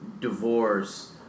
divorce